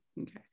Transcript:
okay